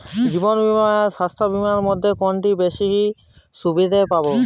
জীবন বীমা আর স্বাস্থ্য বীমার মধ্যে কোনটিতে বেশী সুবিধে পাব?